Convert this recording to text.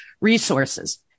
resources